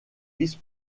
vice